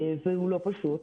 והוא לא פשוט,